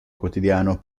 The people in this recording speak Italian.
quotidiano